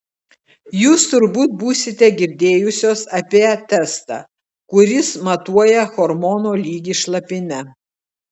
jūs turbūt būsite girdėjusios apie testą kuris matuoja hormono lygį šlapime